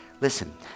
listen